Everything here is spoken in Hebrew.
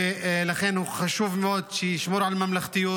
ולכן חשוב מאוד שהוא ישמור על ממלכתיות.